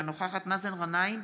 אינה נוכחת מאזן גנאים,